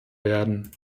werden